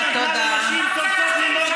מה, אתה רוצה להשלים עם פשעים?